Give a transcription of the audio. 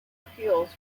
appeals